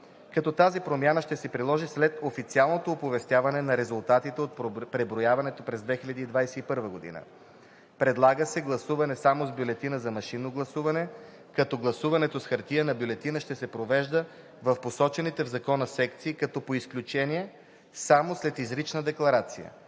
като тази промяна ще се приложи след официалното оповестяване на резултатите от преброяването през 2021 г. Предлага се гласуване само с бюлетина за машинно гласуване, като гласуването с хартиена бюлетина ще се провежда в посочените в закона секции, както и по изключение само след изрична декларация.